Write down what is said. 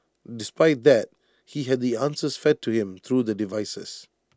despite that he had the answers fed to him through the devices